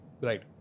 Right